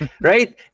right